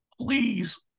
Please